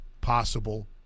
possible